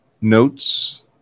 notes